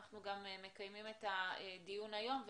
אנחנו מקיימים את הדיון היום.